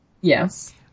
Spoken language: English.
Yes